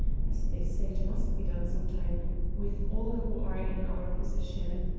as they say it must be done some time with all who are in our position.